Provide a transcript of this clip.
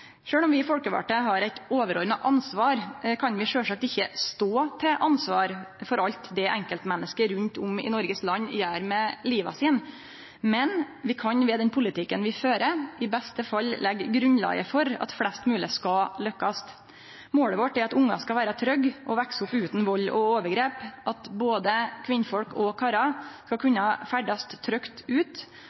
om vi folkevalde har eit overordna ansvar, kan vi sjølvsagt ikkje stå til ansvar for alt det enkeltmenneske rundt om i Noregs land gjer med livet sitt. Men vi kan ved den politikken vi fører, i beste fall leggje grunnlaget for at flest mogleg skal lukkast. Målet vårt er at ungar skal vere trygge og vekse opp utan vald og overgrep, at både kvinner og menn skal kunne ferdast trygt